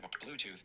Bluetooth